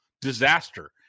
disaster